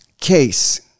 case